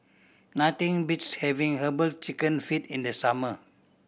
nothing beats having Herbal Chicken Feet in the summer